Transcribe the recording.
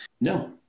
No